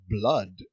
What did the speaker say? blood